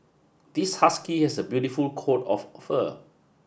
this husky has a beautiful coat of fur